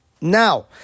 Now